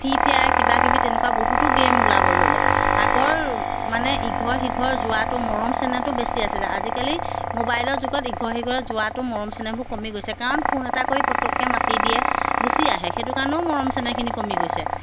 free Fire কিবাকিবি তেনেকুৱা বহুতো গে'ম ওলাব ল'লে আগৰ মানে ইঘৰ সিঘৰ যোৱাটো মৰম চেনেহটো বেছি আছিলে আজিকালি মোবাইলৰ যুগত ইঘৰ সিঘৰত যোৱাটো মৰম চেনেহবোৰ কমি গৈছে কাৰণ ফোন এটা কৰি পটককৈ মাতি দিয়ে গুচি আহে সেইটো কাৰণেও মৰম চেনেহখিনি কমি গৈছে